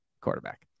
quarterback